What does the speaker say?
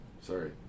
Sorry